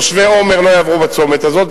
תושבי עומר לא יעברו בצומת הזה,